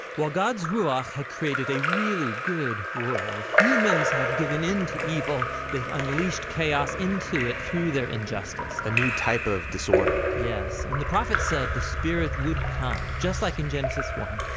while god's ruakh had created a really good world humans have given in to evil. they've unleashed chaos into it through their injustice. a new type of disorder. yes. and the prophet said the spirit would come, just like in genesis one,